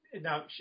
now